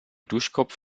duschkopf